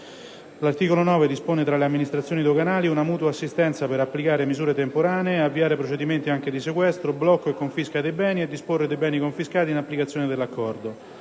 L'articolo 9 dispone tra le amministrazioni doganali una mutua assistenza per applicare misure temporanee, avviare procedimenti anche di sequestro, blocco e confisca dei beni e disporre dei beni confiscati in applicazione dell'Accordo.